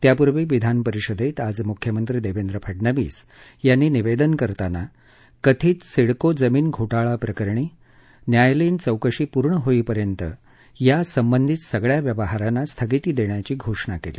त्यापूर्वी विधानपरिषदेत आज मुख्यमंत्री देवेंद्र फडनवीस यांनी निवेदन करताना कथित सिडको जमीन घोटाळ्याप्रकरणी न्यायालयीन चौकशी पूर्ण होईपर्यंत या संबंधित सगळ्या व्यवहारांना स्थगिती देण्याची घोषणा केली